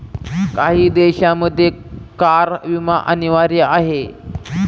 काही देशांमध्ये कार विमा अनिवार्य आहे